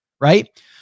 right